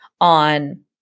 on